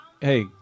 hey